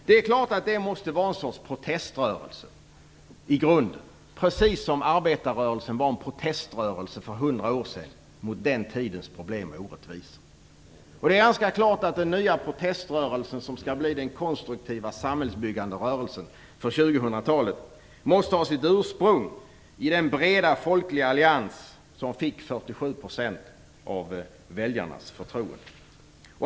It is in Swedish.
Det är klart att det i grunden måste vara någon sorts proteströrelse, precis som arbetarrörelsen för hundra år sedan var en proteströrelse mot den tidens problem och orättvisor. Det är ganska klart att den nya proteströrelse som skall bli den konstruktiva samhällsbyggande rörelsen för 2000-talet måste ha sitt ursprung i den breda folkliga allians som fick 47 % av väljarnas förtroende.